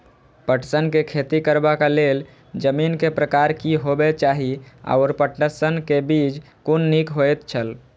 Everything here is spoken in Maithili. पटसन के खेती करबाक लेल जमीन के प्रकार की होबेय चाही आओर पटसन के बीज कुन निक होऐत छल?